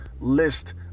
list